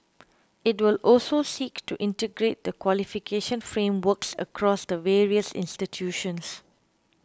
it will also seek to integrate the qualification frameworks across the various institutions